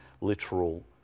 literal